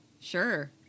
Sure